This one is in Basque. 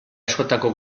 askotako